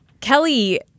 Kelly